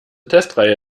testreihe